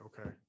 okay